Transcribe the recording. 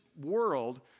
world